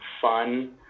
fun